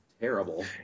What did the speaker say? terrible